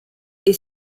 est